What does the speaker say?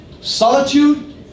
solitude